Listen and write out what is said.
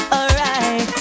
Alright